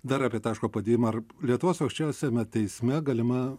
dar apie taško padėjimą ar lietuvos aukščiausiame teisme galima